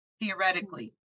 theoretically